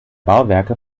bauwerke